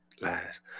lies